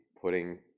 putting